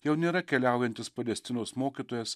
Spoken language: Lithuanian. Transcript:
jau nėra keliaujantis palestinos mokytojas